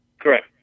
Correct